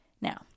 Now